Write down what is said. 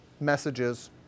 messages